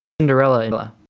Cinderella